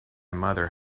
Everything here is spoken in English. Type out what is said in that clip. mother